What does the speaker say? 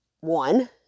one